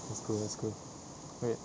that's cool that's cool wait